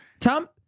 Tom